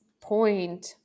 point